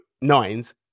nines